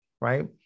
right